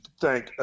thank